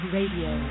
Radio